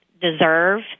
deserve